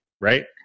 right